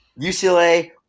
UCLA